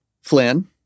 Flynn